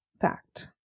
fact